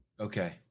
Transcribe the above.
Okay